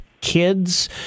Kids